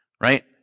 right